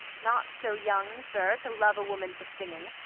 not so young, sir, to love a woman for singing,